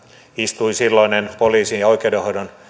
istui silloinen poliisin ja oikeudenhoidon